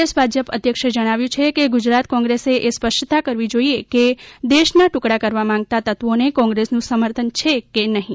પ્રદેશ ભાજપ અધ્યક્ષે જણાવ્યું કે ગુજરાત કોંગ્રેસે એ સ્પષ્ટતા કરવી જોઈએ કે દેશના ટુકડા કરવા માંગતા તત્વીને કોંગ્રેસનું સમર્થન છે કે નહિ